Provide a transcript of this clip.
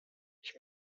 ich